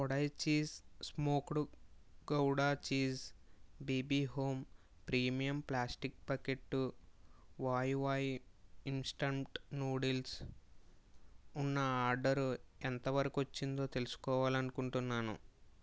Kodai cheese smoked gouda cheese BB home premium plastic bucket Wai Wai instant noodles ఉన్న order ఎంత వరకు వచ్చిందో తెలుసుకోవాలి అనుకుంటున్నాను